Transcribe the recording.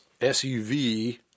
SUV